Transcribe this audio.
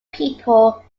people